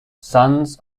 sons